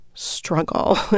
struggle